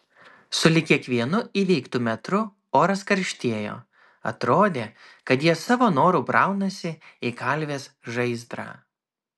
sulig kiekvienu įveiktu metru oras karštėjo atrodė kad jie savo noru braunasi į kalvės žaizdrą